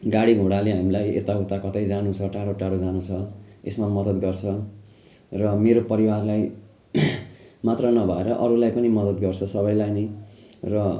गाडी घोडाले हामीलाई यता उता कतै जानु छ टाढो टाढो जानु छ यसमा मदत गर्छ र मेरो परिवारलाई मात्र नभएर अरूलाई पनि मदत गर्छ सबैलाई नै र